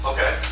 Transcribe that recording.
Okay